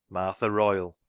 martha royle.